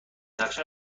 نقشم